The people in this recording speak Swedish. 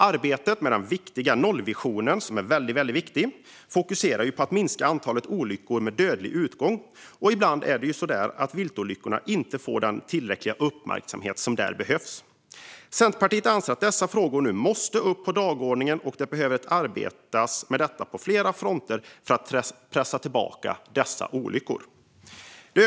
Arbetet med nollvisionen - som är väldigt viktig - fokuserar på att minska antalet olyckor med dödlig utgång, och det gör att viltolyckorna inte får tillräcklig uppmärksamhet. Centerpartiet anser att dessa frågor nu måste upp på dagordningen och att man behöver arbeta på flera fronter för att pressa tillbaka dessa olyckstal.